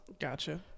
gotcha